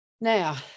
Now